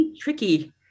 tricky